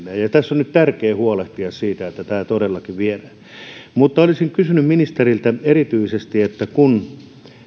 tässä on nyt tärkeää huolehtia siitä että tämä todellakin viedään mutta olisin kysynyt ministeriltä erityisesti siitä että kun